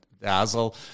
dazzle